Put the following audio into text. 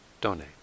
donate